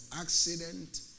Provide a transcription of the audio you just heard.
accident